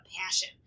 passion